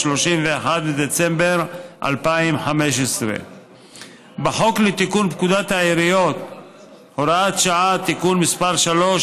31 בדצמבר 2015. בחוק לתיקון פקודת העיריות (הוראת שעה) (תיקון מס' 3),